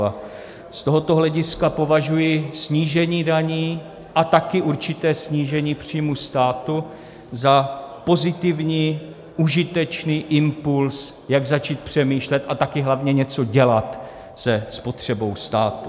A z tohoto hlediska považuji snížení daní a také určité snížení příjmů státu za pozitivní, užitečný impuls, jak začít přemýšlet a také hlavně něco dělat se spotřebou státu.